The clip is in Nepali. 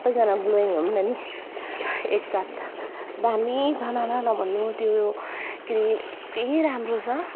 सपैजना ग्लोइङ हौँ न नि एकसाथ दामी छ नाना नभन्नू त्यो क्रिम यत्ति राम्रो छ